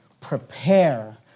prepare